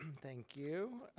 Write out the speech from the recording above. thank you.